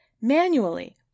manually